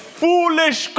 foolish